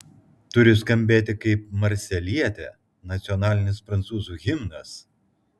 turi skambėti kaip marselietė nacionalinis prancūzų himnas